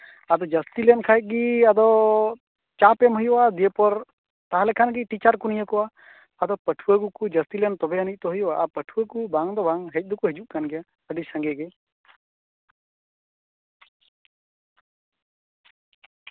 ᱟᱫᱚ ᱡᱟᱹᱥᱛᱤ ᱞᱮᱱᱠᱷᱟᱱ ᱜᱮ ᱫᱤᱭᱮ ᱟᱫᱚ ᱪᱟᱯ ᱮᱢ ᱦᱩᱭᱩᱜᱼᱟ ᱫᱤᱭᱮᱯᱚᱨ ᱛᱟᱞᱦᱮ ᱠᱷᱟᱱ ᱜᱮ ᱴᱤᱪᱟᱨ ᱠᱚ ᱱᱤᱭᱳᱜᱚᱜᱼᱟ ᱟᱫᱚ ᱯᱟᱹᱴᱷᱩᱣᱟᱹ ᱠᱚᱠᱚ ᱡᱟᱹᱥᱛᱤᱜᱼᱟ ᱛᱚᱵᱮ ᱟᱱᱤᱡ ᱛᱚ ᱱᱤᱭᱳᱜᱽ ᱫᱚ ᱦᱩᱭᱩᱜᱼᱟ ᱟᱫᱚ ᱯᱟᱹᱴᱷᱩᱣᱟᱹ ᱠᱚ ᱵᱟᱝ ᱫᱚ ᱵᱟᱝ ᱦᱮᱡ ᱫᱚᱠᱚ ᱦᱤᱡᱩᱜ ᱠᱟᱱ ᱜᱮᱭᱟ ᱟᱹᱰᱤ ᱥᱟᱸᱜᱮ ᱜᱮ